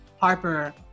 Harper